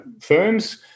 firms